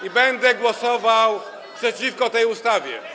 I będę głosował przeciwko tej ustawie.